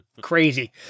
crazy